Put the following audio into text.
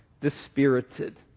dispirited